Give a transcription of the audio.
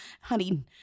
honey